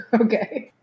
Okay